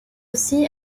aussi